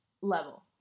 level